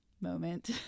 moment